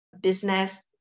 business